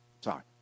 Sorry